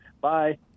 Bye